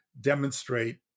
demonstrate